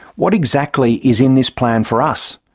what exactly is in this plan for us?